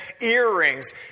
earrings